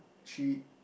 she